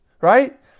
right